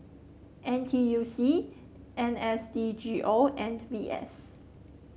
N T U C N S D G O and V S